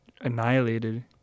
annihilated